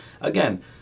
again